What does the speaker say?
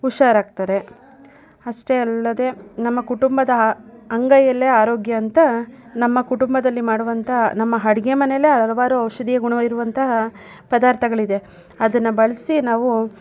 ಹುಷಾರಾಗ್ತಾರೆ ಅಷ್ಟೇ ಅಲ್ಲದೆ ನಮ್ಮ ಕುಟುಂಬದ ಅಂಗೈಯಲ್ಲೇ ಆರೋಗ್ಯ ಅಂತ ನಮ್ಮ ಕುಟುಂಬದಲ್ಲಿ ಮಾಡುವಂಥ ನಮ್ಮ ಅಡ್ಗೆ ಮನೆಯಲ್ಲೇ ಹಲವಾರು ಔಷಧೀಯ ಗುಣ ಇರುವಂತಹ ಪದಾರ್ಥಗಳಿದೆ ಅದನ್ನು ಬಳಸಿ ನಾವು